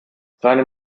seine